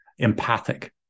Empathic